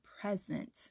present